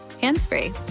hands-free